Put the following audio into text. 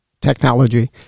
technology